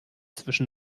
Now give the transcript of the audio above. zwischen